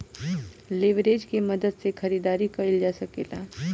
leverage के मदद से खरीदारी कईल जा सकेला